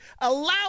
allow